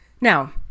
Now